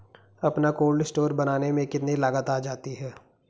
अपना cold store बनाने में कितनी लागत आ जाती है?